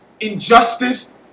injustice